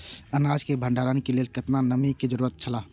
अनाज के भण्डार के लेल केतना नमि के जरूरत छला?